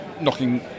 knocking